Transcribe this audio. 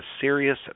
serious